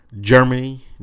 Germany